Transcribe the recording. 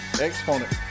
Exponent